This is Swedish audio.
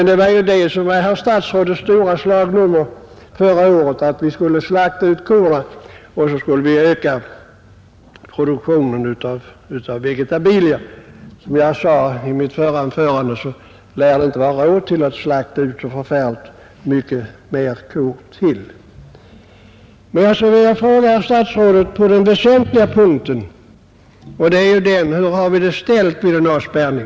Herr statsrådets stora slagnummer i fjol var att vi skulle slakta ut korna och öka produktionen av vegetabilier, men som jag sade i mitt förra anförande lär vi inte ha råd att slakta ut så särskilt många kor ytterligare. Sedan vill jag fråga herr statsrådet något mycket väsentligt: Hur har vi det ställt inför en eventuell avspärrning?